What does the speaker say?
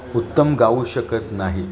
उत्तम गाऊ शकत नाही